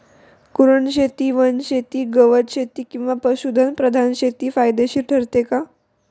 कुरणशेती, वनशेती, गवतशेती किंवा पशुधन प्रधान शेती फायदेशीर ठरते का?